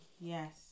Yes